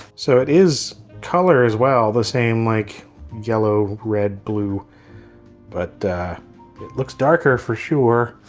so it is color as well the same like yellow, red, blue but it looks darker for sure.